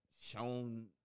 shown